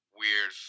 weird